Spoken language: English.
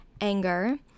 anger